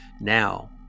Now